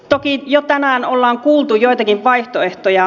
toki jo tänään ollaan kuultu joitakin vaihtoehtoja